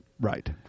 Right